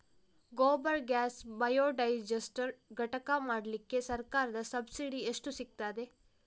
Gobar gas biodigester ಘಟಕ ಮಾಡ್ಲಿಕ್ಕೆ ಸರ್ಕಾರದ ಸಬ್ಸಿಡಿ ಎಷ್ಟು ಸಿಕ್ತಾದೆ?